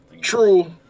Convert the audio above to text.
True